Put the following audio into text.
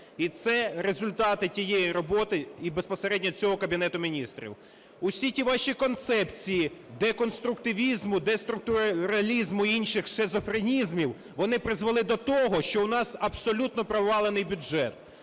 і це результати тієї роботи і безпосередньо цього Кабінету Міністрів. Усі ті ваші концепції деконструктивізму, деструктуралізму і інших шизофренізмів, вони призвели до того, що у нас абсолютно провалений бюджет.